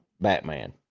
Batman